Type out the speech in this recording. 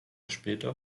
später